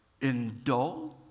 Indulge